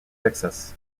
texas